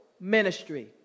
ministry